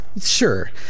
Sure